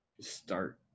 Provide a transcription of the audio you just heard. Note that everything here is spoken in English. start